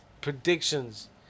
predictions